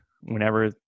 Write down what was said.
whenever